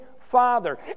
Father